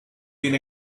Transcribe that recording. been